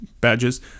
badges